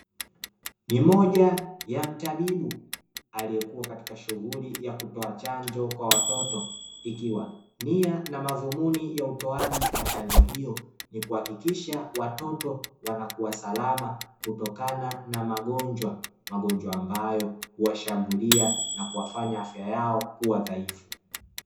Ni moja ya mtabibu aliyekuwa katika shughuli ya kutoa chanjo kwa watoto. Ikiwa nia na madhumuni ya utoaji wa chanjo hiyo ni kuhakikisha watoto wanakuwa salama kutokana na magonjwa. Magonjwa ambayo washambulia na kuwafanya afya yao kuwa dhaifu.